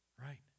Right